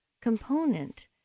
component